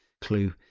clue